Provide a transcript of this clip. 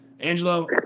Angelo